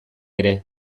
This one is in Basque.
ere